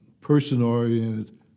person-oriented